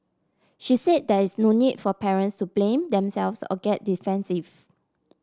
she said there is no need for parents to blame themselves or get defensive